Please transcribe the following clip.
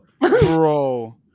bro